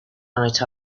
night